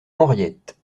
henriette